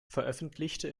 veröffentlichte